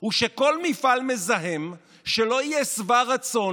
הוא שכל מפעל מזהם שלא יהיה שבע רצון